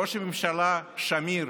ראש הממשלה שמיר,